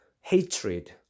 hatred